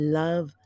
love